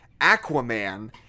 Aquaman